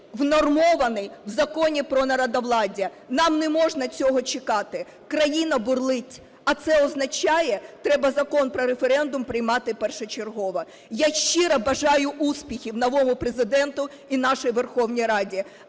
внормований в Законі про народовладдя. Нам не можна цього чекати, країна бурлить, а це означає, треба Закон про референдум приймати першочергово. Я щиро бажаю успіхів новому Президенту і нашій Верховній Раді,